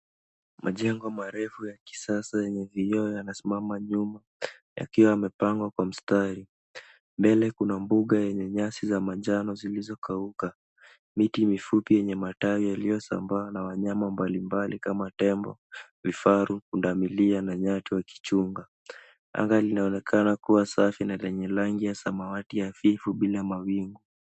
Majengo marefu ya kisasa yenye vioo yanasimama juu yakiwa yamepangwa kwa mstari. Mbele kuna mbuga yenye nyasi za manjano zilizo kauka. Miti mifupi yenye matawi yaliosambaa na wanyama mbalimbali, kama tembo, vifaru, pundamilia, na nyatu wakichunga. Anga linaonekana kuwa safi na lenye rangi ya samawati hafifu bila mawingu.